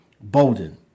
Bolden